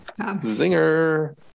zinger